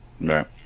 Right